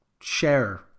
share